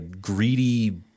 greedy